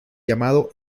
llamado